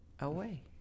away